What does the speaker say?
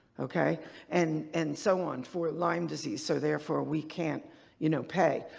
okay and and so on for lyme disease, so therefore we can't you know pay.